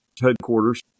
headquarters